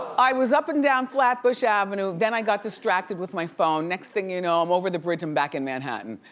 i was up and down flatbush avenue, then i got distracted with my phone, next thing you know i'm over the bridge and back in manhattan,